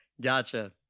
Gotcha